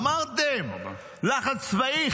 אמרתם: לחץ צבאי.